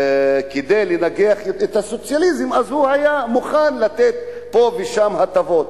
כדי לנגח את הסוציאליזם הוא היה מוכן לתת פה ושם הטבות.